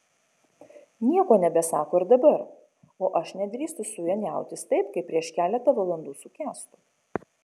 nieko nebesako ir dabar o aš nedrįstu su juo niautis taip kaip prieš keletą valandų su kęstu